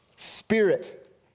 spirit